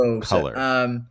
color